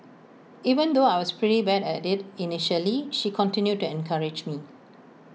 even though I was pretty bad at IT initially she continued to encourage me